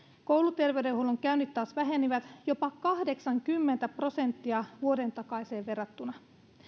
kouluterveydenhuollon käynnit taas vähenivät jopa kahdeksankymmentä prosenttia vuoden takaiseen verrattuna